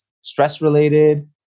stress-related